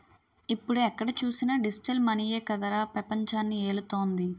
ఇప్పుడు ఎక్కడ చూసినా డిజిటల్ మనీయే కదరా పెపంచాన్ని ఏలుతోంది